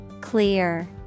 Clear